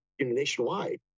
nationwide